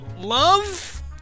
love